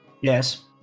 Yes